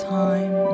time